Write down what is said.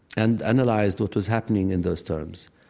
and analyzed what was happening in those terms.